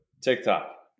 TikTok